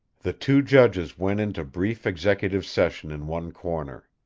the two judges went into brief executive session in one corner.